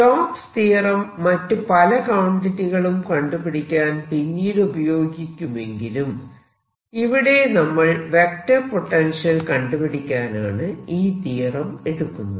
Stokes theorem മറ്റു പല ക്വാണ്ടിറ്റികളും കണ്ടുപിടിക്കാൻ പിന്നീട് ഉപയോഗിക്കുമെങ്കിലും ഇവിടെ നമ്മൾ വെക്റ്റർ പൊട്ടൻഷ്യൽ കണ്ടുപിടിക്കാനാണ് ഈ തിയറം എടുക്കുന്നത്